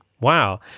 wow